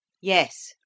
Yes